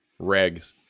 regs